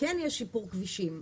שכן יש שיפור כבישים.